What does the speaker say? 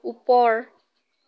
ওপৰ